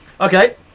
Okay